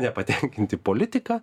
nepatenkinti politika